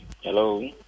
Hello